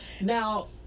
Now